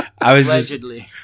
allegedly